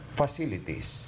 facilities